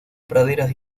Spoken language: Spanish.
praderas